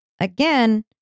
again